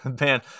Man